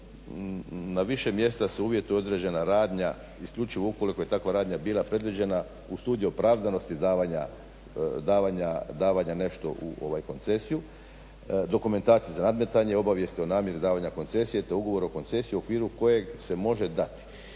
na više mjesta se uvjetuje određena radnja isključivo ukoliko je takva radnja bila predviđena uz studiju opravdanosti davanja nešto u koncesiju, dokumentaciju za nadmetanje, obavijesti o namjeni davanja koncesije, te ugovor o koncesiji u okviru kojeg se može dati.